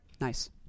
Nice